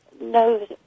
no